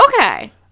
Okay